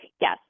Yes